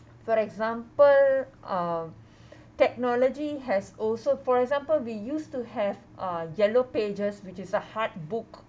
for example um technology has also for example we used to have uh yellow pages which is a hard book